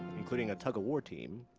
including a tug of war team,